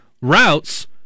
routes